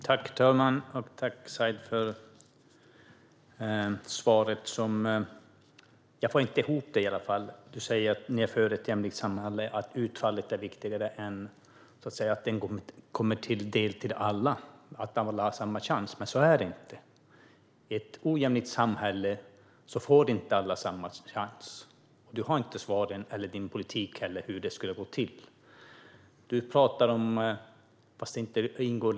Herr talman! Tack, Said, för svaret! Jag får inte ihop det. Du säger att ni är för ett jämlikt samhälle och att utfallet är viktigare än att det kommer alla till del och att alla har samma chans. Men så är det inte. I ett ojämlikt samhälle får inte alla samma chans. Du har inte svaren på hur detta skulle gå till, och inte din politik heller.